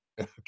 okay